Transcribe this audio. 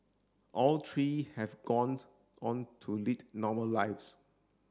all three have on to lead normal lives